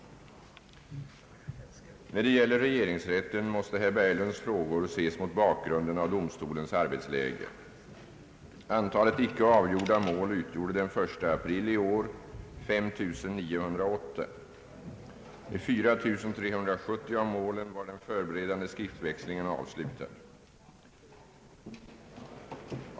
När det gäller regeringsrätten måste herr Berglunds frågor ses mot bakgrund av domstolens arbetsläge. Antalet icke avgjorda mål utgjorde den 1 april 1969 9 908. I 4370 av målen var den förberedande skriftväxlingen avslutad.